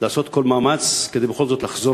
לעשות כל מאמץ כדי בכל זאת לחזור